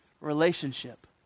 relationship